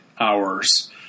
hours